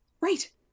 Right